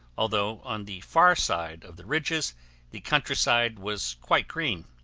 although on the far side of the ridges the countryside was quite green.